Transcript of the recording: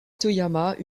toyama